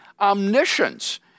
omniscience